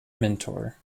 mentor